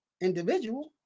individual